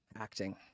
acting